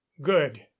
good